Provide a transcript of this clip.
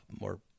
more